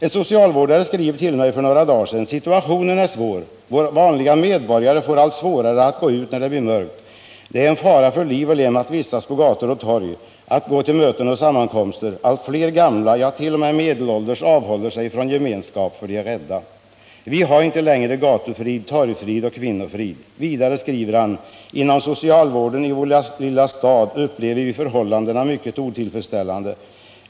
En socialvårdare skriver till mig för några dagar sedan: ”Situationen är svår. Vanliga medborgare får allt svårare att gå ut när det blir mörkt. Det är en fara för liv och lem att vistas på gator och torg, att gå till möten och sammankomster. Allt fler gamla människor, ja, t. .o. m. medelålders avhåller sig från gemenskap för de är rädda. Vi har inte längre gatufrid, torgfrid och kvinnofrid.” Vidare skriver han: ”Inom socialvården i vår lilla stad upplever vi förhållandena mycket otillfredsställande.